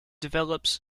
develops